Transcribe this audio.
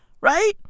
right